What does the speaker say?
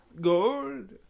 gold